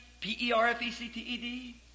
P-E-R-F-E-C-T-E-D